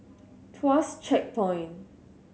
Tuas Checkpoint